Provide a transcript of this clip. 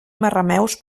marrameus